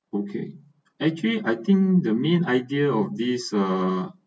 okay actually I think the main idea of this uh